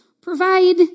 provide